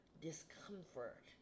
discomfort